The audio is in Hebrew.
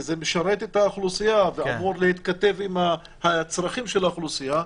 -- כי זה משרת את האוכלוסייה ואמור להתכתב עם הצרכים של האוכלוסייה,